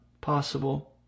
possible